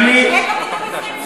אופיר, איפה כתוב 20 שרים?